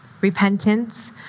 Repentance